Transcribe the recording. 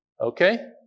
okay